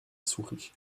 souris